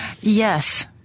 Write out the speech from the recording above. Yes